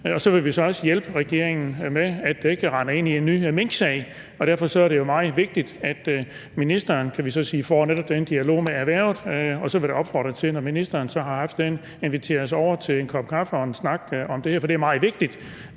i. Så vil vi også hjælpe regeringen med, at den ikke render ind i en ny minksag, og derfor er det jo meget vigtigt, at ministeren netop får den dialog med erhvervet, og jeg vil da opfordre til, at man, når ministeren så har haft den, inviterer os over til en kop kaffe og en snak om det her. For det er meget vigtigt,